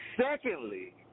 Secondly